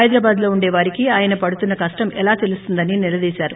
హైదరాబాదీలో ఉండేవారికి ఆయన పడుతున్న కష్టం ఎలా తెలుస్తుందని నిలదీశారు